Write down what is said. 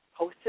hosted